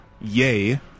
yay